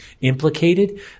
implicated